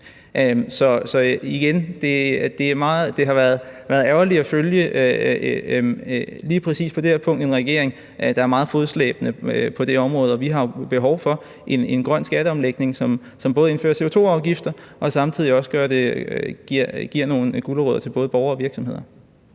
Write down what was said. Så igen: Det har været ærgerligt at følge, lige præcis på det her punkt, en regering, der er meget fodslæbende på det område. Vi har jo behov for en grøn skatteomlægning, som både indfører CO2-afgifter og samtidig også giver nogle gulerødder til både borgere og virksomheder.